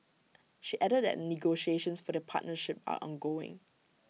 she added that negotiations for the partnership are ongoing